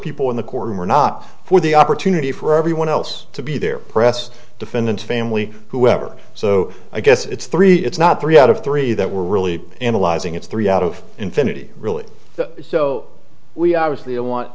people in the courtroom or not for the opportunity for everyone else to be there press defendant's family whoever so i guess it's three it's not three out of three that we're really analyzing it's three out of infinity really so we obviously